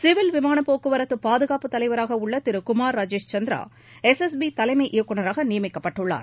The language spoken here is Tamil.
சிவில் விமானப் போக்குவரத்து பாதுகாப்பு தலைவராக உள்ள திரு Kumar Rajesh Chandra S S B தலைமை இயக்குநராக நியமிக்கப்பட்டுள்ளார்